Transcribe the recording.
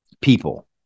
people